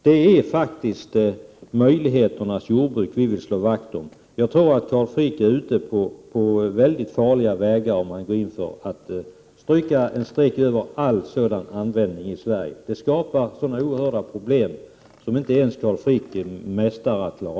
Det är möjligheternas jordbruk vi vill slå vakt om. Jag tror att Carl Frick är inne på mycket farliga vägar när han vill stryka ett streck över all användning av sådana medel i Sverige. Det skapar sådana oerhörda problem som inte ens Carl Frick är mäktig att lösa.